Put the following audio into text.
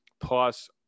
plus